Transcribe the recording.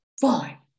Fine